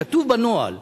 כתוב בנוהל,